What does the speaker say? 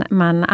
man